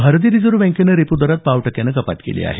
भारतीय रिजव्ह बँकेनं रेपो दरात पाव टक्क्यानं कपात केली आहे